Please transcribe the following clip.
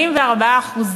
44%,